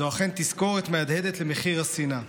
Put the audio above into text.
זו אכן תזכורת מהדהדת למחיר השנאה.